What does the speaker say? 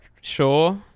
sure